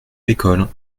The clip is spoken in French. l’école